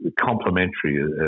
complementary